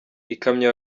ikamyo